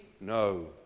no